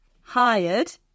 Hired